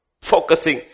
focusing